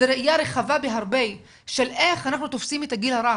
זו ראייה רחבה בהרבה של איך אנחנו תופסים את הגיל הרך.